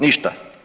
Ništa.